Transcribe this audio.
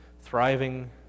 thriving